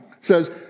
says